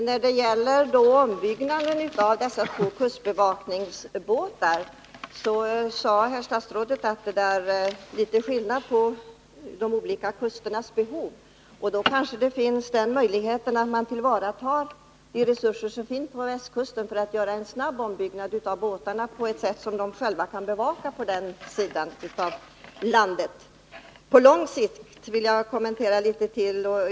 Herr talman! När det gäller ombyggnaden av dessa två kustbevakningsbåtar sade herr statsrådet att det är litet skillnad på de olika kusternas behov. Då kanske man har möjlighet att tillvarata de resurser som finns på västkusten för att göra en snabb ombyggnad av båtarna.